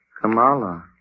Kamala